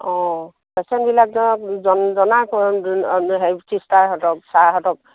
অঁ পেচেণ্টবিলাক ধৰক জনাওক হেৰি চিষ্টাৰাহঁতক ছাৰহঁতক